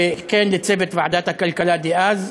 וכן לצוות ועדת הכלכלה דאז.